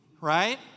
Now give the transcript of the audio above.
right